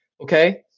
Okay